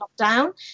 lockdown